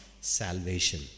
salvation